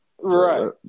Right